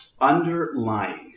underlying